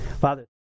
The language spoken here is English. Father